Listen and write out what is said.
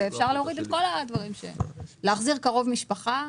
אפשר להחזיר קרוב משפחה.